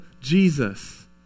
Jesus